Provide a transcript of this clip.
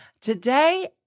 Today